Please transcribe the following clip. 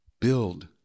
build